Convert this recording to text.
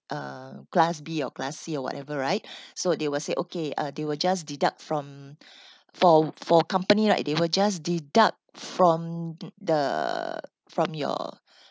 uh class B or class C or whatever right so they will say okay uh they will just deduct from for for company right they will just deduct from the from your